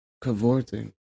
cavorting